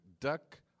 duck